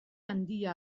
handia